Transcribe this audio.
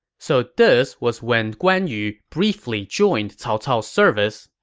so this was when guan yu briefly joined cao cao's service.